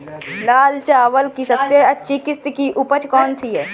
लाल चावल की सबसे अच्छी किश्त की उपज कौन सी है?